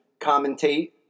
commentate